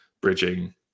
bridging